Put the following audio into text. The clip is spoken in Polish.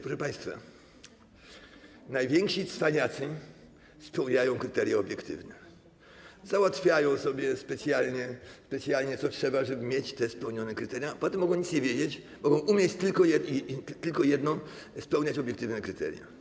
Proszę państwa, najwięksi cwaniacy spełniają kryteria obiektywne, załatwiają sobie specjalnie, co trzeba, żeby mieć spełnione te kryteria, a potem mogą nic nie wiedzieć, mogą umieć tylko jedno: spełniać obiektywne kryteria.